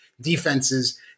defenses